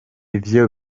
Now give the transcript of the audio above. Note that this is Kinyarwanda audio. ivyo